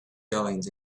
goings